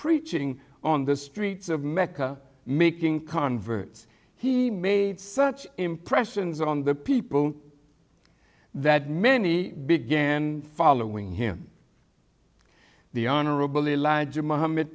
preaching on the streets of mecca making converts he made such impressions on the people that many began following him the honorable elijah muhamm